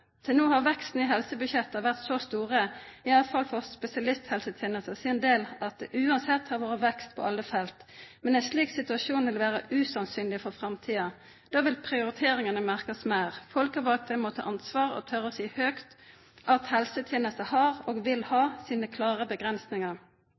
Til nå har veksten i helsebudsjettene vært så store – i alle fall for spesialisthelsetjenestens del – at det uansett har vært vekst på alle felt. Men en slik situasjon vil være usannsynlig for framtiden. Da vil prioriteringene merkes mer. Folkevalgte må ta ansvar og tørre å si høyt at helsetjenesten har, og vil ha,